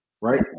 right